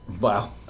Wow